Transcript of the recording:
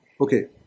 Okay